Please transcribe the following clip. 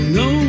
no